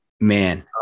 man